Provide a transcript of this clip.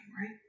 right